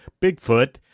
bigfoot